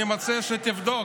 אני מציע שתבדוק.